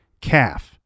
calf